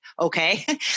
okay